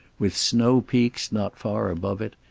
with snow-peaks not far above it,